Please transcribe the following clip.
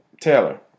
Taylor